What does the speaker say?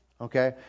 Okay